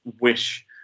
wish